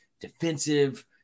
defensive